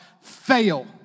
fail